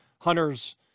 Hunter's